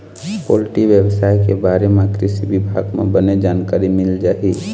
poultry बेवसाय के बारे म कृषि बिभाग म बने जानकारी मिल जाही